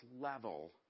level